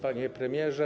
Panie Premierze!